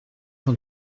cent